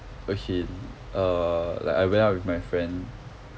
okay err like I went out with my friend